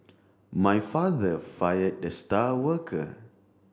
my father fired the star worker